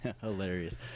Hilarious